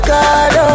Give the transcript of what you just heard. God